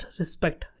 respect